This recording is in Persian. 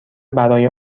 برای